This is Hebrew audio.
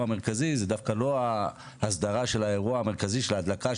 המרכזי זה דווקא לא ההסדרה של האירוע המרכזי של ההדלקה,